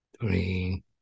three